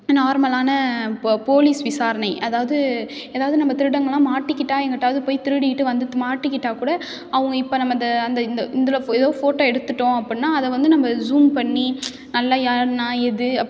நார்மலான போ போலீஸ் விசாரணை அதாவது ஏதாவது நம்ம திருடங்களா மாட்டிக்கிட்டால் எங்கிட்டாவது போய் திருடிக்கிட்டு வந்துட்டு மாட்டிக்கிட்டால் கூட அவங்க இப்போ நம்ம இந்த அந்த இந்த இந்துல போ ஏதோ ஃபோட்டோ எடுத்துவிட்டோம் அப்புடின்னா அதை வந்து நம்ம ஸூம் பண்ணி நல்லா யார் நான் இது அப்புடின்னு